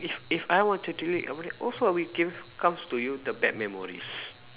if if I were to delete I will also I will give comes to you the bad memories